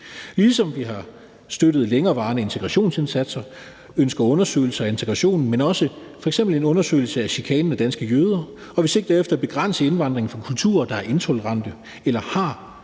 ligesom vi har støttet længerevarende integrationsindsatser og ønsker undersøgelser af integrationen, men også f.eks. en undersøgelse af f.eks. chikanen af danske jøder, og sigter efter at begrænse indvandringen fra kulturer, der er intolerante eller har